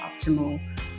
optimal